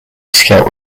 scout